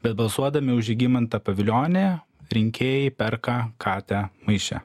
bet balsuodami už žygimantą pavilionį rinkėjai perka katę maiše